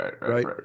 right